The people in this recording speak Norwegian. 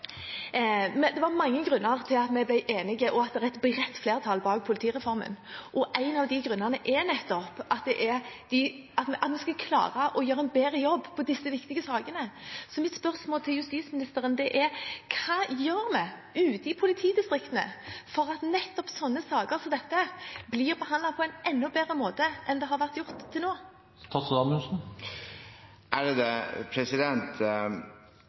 Det var mange grunner til at vi ble enige, og til at det er et bredt flertall bak politireformen. En av grunnene er nettopp at vi må klare å gjøre en bedre jobb i disse viktige sakene. Så mitt spørsmål til justisministeren er: Hva gjør vi ute i politidistriktene for at nettopp sånne saker som dette blir behandlet på en enda bedre måte enn det har vært gjort til nå?